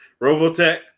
Robotech